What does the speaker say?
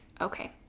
Okay